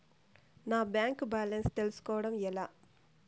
నా bank balance తెలుస్కోవడం ఎలా?